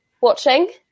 watching